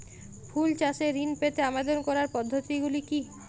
ফুল চাষে ঋণ পেতে আবেদন করার পদ্ধতিগুলি কী?